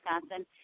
Wisconsin